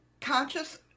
conscious